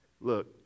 Look